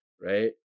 right